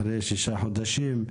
אחרי שישה חודשים,